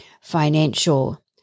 financial